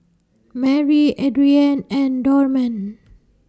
Marry Adrianne and Dorman